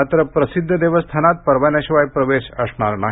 मात्र प्रसिद्ध देवस्थानात परवान्याशिवाय प्रवेश असणार नाही